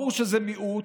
ברור שזה מיעוט.